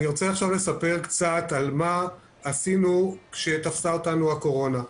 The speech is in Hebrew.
אני רוצה לספר קצת על מה עשינו כשתפסה אותנו הקורונה.